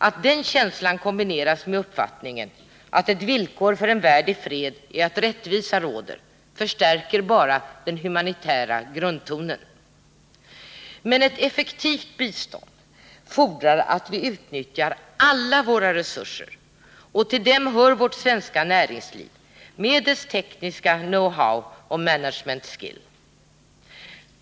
Att den känslan kombineras med uppfattningen att ett villkor för en värld i fred är att rättvisa råder förstärker bara den humanitära grundtonen. Men ett effektivt bistånd fordrar att vi utnyttjar alla våra resurser, och till dem hör vårt svenska näringsliv med dess tekniska know-how och management skill.